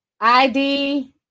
ID